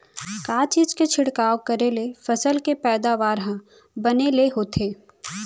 का चीज के छिड़काव करें ले फसल के पैदावार ह बने ले होथे?